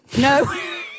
No